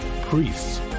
priests